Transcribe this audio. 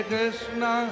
Krishna